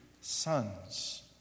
sons